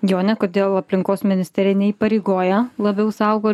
jone kodėl aplinkos ministerija neįpareigoja labiau saugot